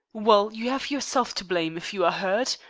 well, you have yourself to blame if you are hurt.